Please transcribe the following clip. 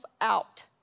out